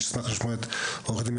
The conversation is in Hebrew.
אני אשמח לשמוע מה אומרת על זה עוה"ד בן